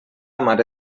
mare